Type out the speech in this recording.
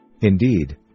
Indeed